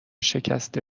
شکسته